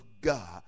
God